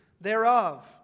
thereof